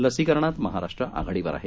लसीकरणात महाराष्ट्र आघाडीवर आहे